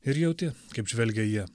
ir jauti kaip žvelgia jie